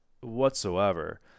whatsoever